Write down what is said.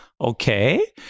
Okay